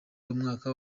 umwaka